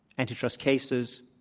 antitrust cases,